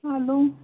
hello